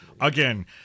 Again